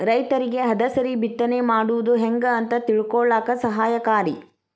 ರೈತರಿಗೆ ಹದಸರಿ ಬಿತ್ತನೆ ಮಾಡುದು ಹೆಂಗ ಅಂತ ತಿಳಕೊಳ್ಳಾಕ ಸಹಾಯಕಾರಿ